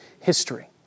history